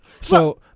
So-